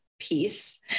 peace